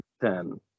ten